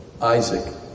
Isaac